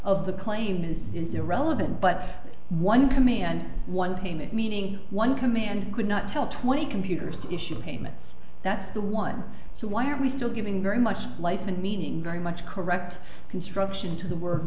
of the claim is is irrelevant but one command one payment meaning one command could not tell twenty computers to issue payments that's the one so why are we still giving very much life and meaning very much correct construction to the wor